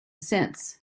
since